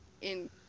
in-